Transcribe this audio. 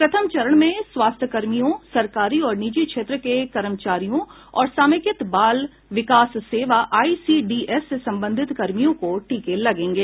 प्रथम चरण में स्वास्थ्यकर्मियों सरकारी और निजी क्षेत्र के कर्मचारियों और समेकित बाल विकास सेवा आईसीडीएस से संबंधित कर्मियों को टीके लगेंगे